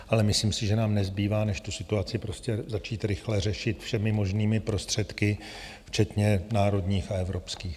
Ale myslím si, že nám nezbývá než tu situaci prostě začít rychle řešit všemi možnými prostředky, včetně národních a evropských.